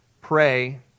pray